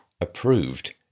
approved